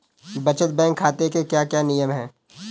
बचत बैंक खाते के क्या क्या नियम हैं?